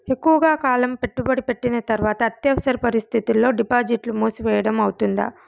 ఎక్కువగా కాలం పెట్టుబడి పెట్టిన తర్వాత అత్యవసర పరిస్థితుల్లో డిపాజిట్లు మూసివేయడం అవుతుందా?